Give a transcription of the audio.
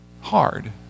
hard